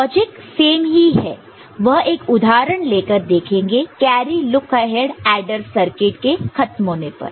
logic same ही है वह एक उदाहरण लेकर देखेंगे carry look ahead adder circuit के खत्म होने पर